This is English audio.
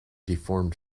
deformed